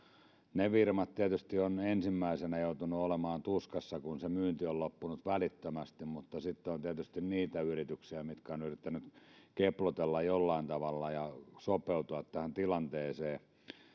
ne firmat tietysti ovat ensimmäisenä joutuneet olemaan tuskassa kun se myynti on loppunut välittömästi mutta sitten on tietysti niitä yrityksiä jotka ovat yrittäneet keplotella jollain tavalla ja sopeutua tähän tilanteeseen